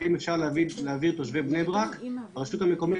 האם אפשר להעביר תושבי בני ברק הרשות המקומית